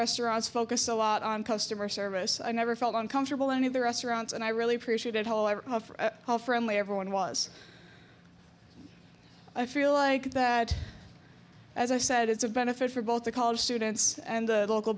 restaurants focus a lot on customer service i never felt uncomfortable any of the restaurants and i really appreciated however how friendly everyone was i feel like that as i said it's a benefit for both the college students and local